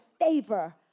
favor